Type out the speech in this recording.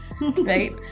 Right